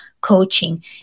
coaching